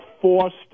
forced